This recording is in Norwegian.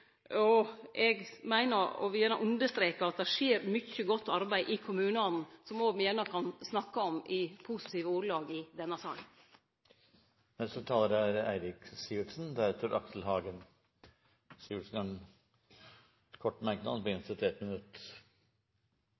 og eg meiner – og vil gjerne understreke – at det skjer mykje godt arbeid i kommunane som eg òg meiner me kan snakke om i positive ordelag i denne saka. Representanten Eirik Sivertsen har hatt ordet to ganger tidligere og får ordet til en kort merknad, begrenset til 1 minutt.